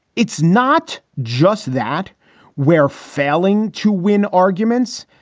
it's not just that we're failing to win arguments.